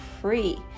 free